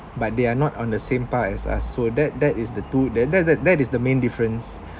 but they are not on the same part as us so that that is the two that that that that is the main difference